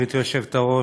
גברתי היושבת-ראש,